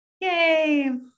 Yay